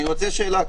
כן, אני רוצה שאלה.